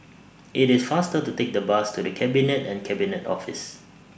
IT IS faster to Take The Bus to The Cabinet and Cabinet Office